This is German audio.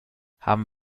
haben